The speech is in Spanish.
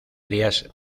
áreas